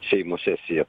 seimo sesiją